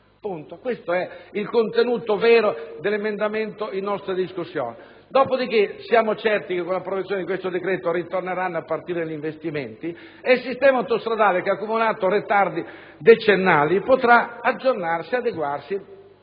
questo è il contenuto vero dell'emendamento al nostro esame. Dopodiché, siamo certi che con l'approvazione di questo decreto ripartiranno gli investimenti ed il sistema autostradale, che ha accumulato ritardi decennali, potrà aggiornarsi ed adeguarsi